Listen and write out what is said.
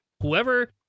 whoever